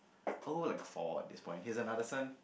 all at fault at this point his another son